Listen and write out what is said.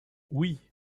oui